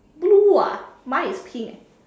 blue ah mine is pink eh